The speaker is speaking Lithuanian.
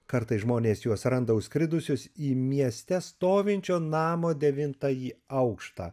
kartais žmonės juos randa užskridusius į mieste stovinčio namo devintąjį aukštą